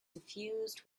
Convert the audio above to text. suffused